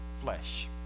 flesh